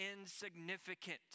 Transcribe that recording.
insignificant